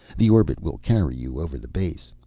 the orbit will carry you over the base.